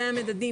זה המדדים,